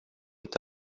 est